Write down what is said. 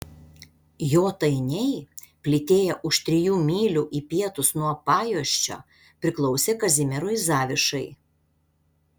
jotainiai plytėję už trijų mylių į pietus nuo pajuosčio priklausė kazimierui zavišai